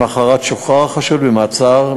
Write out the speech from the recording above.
למחרת שוחרר החשוד ממעצר,